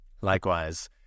Likewise